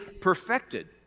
perfected